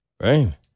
Right